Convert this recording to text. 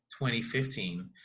2015